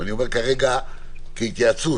ואני אומר כרגע כהתייעצות,